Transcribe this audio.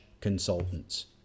consultants